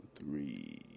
three